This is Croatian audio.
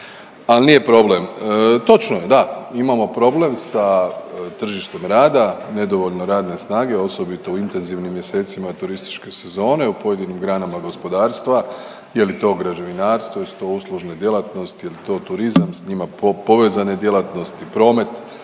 al nije problem. Točno je, da, imamo problem sa tržištem rada, nedovoljno radne snage, osobito u intenzivnim mjesecima turističke sezone, u pojedinim granama gospodarstva, je li to građevinarstvo, jesu to uslužne djelatnosti, jel to turizam, s njima povezane djelatnosti, promet,